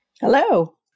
Hello